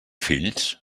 fills